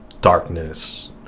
darkness